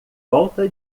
volta